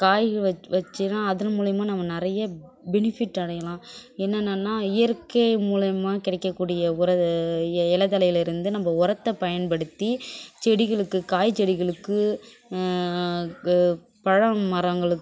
காய்கள் வச் வச்சோனா அதன் மூலிமா நம்ம நிறைய பெனிஃபிட் அடையலாம் என்னென்னா இயற்கை மூலிமா கிடைக்கக்கூடிய உர இலை தழையில் இருந்து நம்ம உரத்த பயன்படுத்தி செடிகளுக்கு காய் செடிகளுக்கு பழம் மரங்கள்